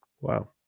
Wow